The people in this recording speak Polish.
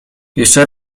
jeszcze